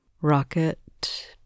Rocket